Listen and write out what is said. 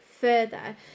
further